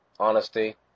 honesty